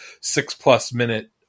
six-plus-minute